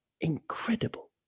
incredible